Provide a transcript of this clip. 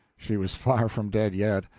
she was far from dead yet.